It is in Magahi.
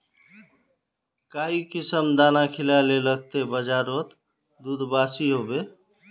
काई किसम दाना खिलाले लगते बजारोत दूध बासी होवे?